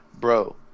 bro